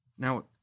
Now